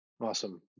Awesome